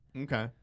Okay